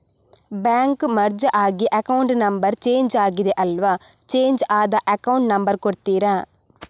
Bank merge ಆಗಿ account number change ಆಗಿದೆ ಅಲ್ವಾ, ಚೇಂಜ್ ಆದ ಅಕೌಂಟ್ ನಂಬರ್ ಕೊಡ್ತೀರಾ?